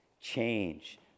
change